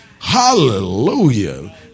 hallelujah